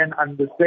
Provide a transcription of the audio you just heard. understand